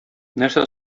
нәрсә